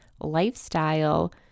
lifestyle